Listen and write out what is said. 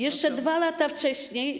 Jeszcze 2 lata wcześniej.